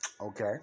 Okay